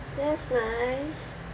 that's nice